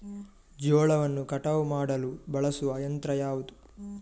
ಜೋಳವನ್ನು ಕಟಾವು ಮಾಡಲು ಬಳಸುವ ಯಂತ್ರ ಯಾವುದು?